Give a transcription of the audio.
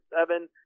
seven